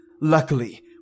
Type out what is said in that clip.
Luckily